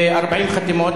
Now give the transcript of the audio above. בשל 40 חתימות,